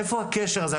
איפה הקשר הזה,